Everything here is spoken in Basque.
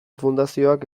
fundazioak